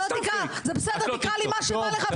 זה בסדר תקרא לי איך שבא לך,